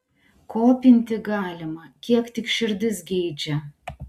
kopinti galima kiek tik širdis geidžia